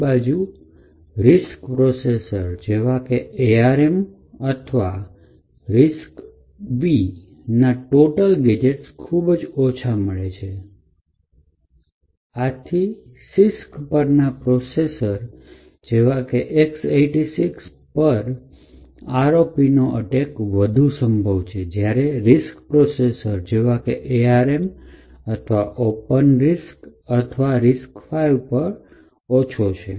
બીજી બાજુ RISC processor જેવા કે ARM અથવા RISC V ના ટોટલ ગેજેટ્સ ખૂબ જ ઓછા મળે છે આથી CISC પરના પ્રોસેસર જેવા કે X૮૬ પર ROP અટેક વધુ સંભવ છે જ્યારે RISC પ્રોસેસર જેવા કે ARM અથવા Open RISC અથવા RISC V પર ઓછો